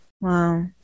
Wow